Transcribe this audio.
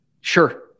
Sure